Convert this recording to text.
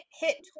hit